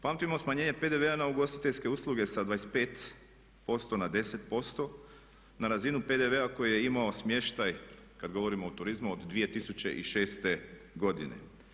Pamtimo smanjenje PDV-a na ugostiteljske usluge sa 25% na 10%, na razinu PDV-a koji je imao smještaj kad govorimo o turizmu od 2006.godine.